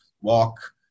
walk